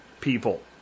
people